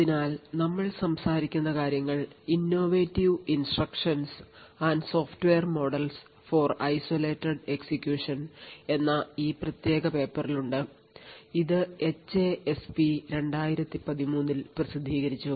അതിനാൽ നമ്മൾ സംസാരിക്കുന്ന കാര്യങ്ങൾ "Innovative Instructions and Software Model for Isolated Execution" എന്ന ഈ പ്രത്യേക പേപ്പറിൽ ഉണ്ട് ഇത് HASP 2013ൽ പ്രസിദ്ധീകരിച്ചു